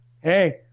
hey